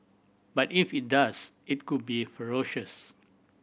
but if it does it could be ferocious